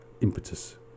impetus